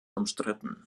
umstritten